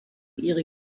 ihre